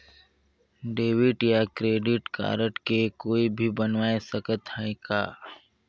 Debit या credit card के कोई भी बनवाय सकत है का?